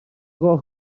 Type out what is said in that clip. gloch